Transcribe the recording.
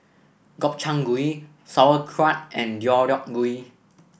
Gobchang Gui Sauerkraut and Deodeok Gui